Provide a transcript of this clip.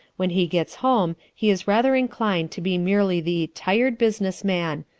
when he gets home he is rather inclined to be merely the tired business man,